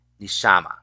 nishama